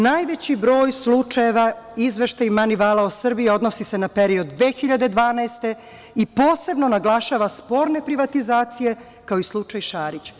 Najveći broj slučajeva, izveštaji Manivala o Srbiji odnosi se na period 2012. i posebno naglašava sporne privatizacije, kao i slučaj Šarić.